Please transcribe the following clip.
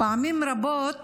פעמים רבות